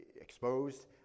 exposed